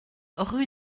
rue